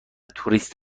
توریست